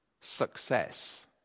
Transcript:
success